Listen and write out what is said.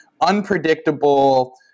unpredictable